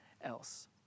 else